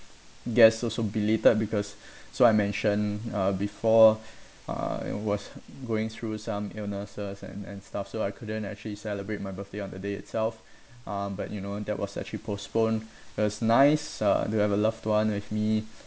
guess also belated because so I mentioned uh before uh I was going through some illnesses and and stuff so I couldn't actually celebrate my birthday on the day itself uh but you know that was actually postponed it was nice uh to have a loved one with me